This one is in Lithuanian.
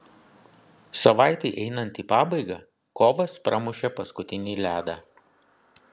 savaitei einant į pabaigą kovas pramušė paskutinį ledą